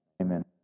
amen